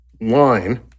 line